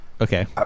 Okay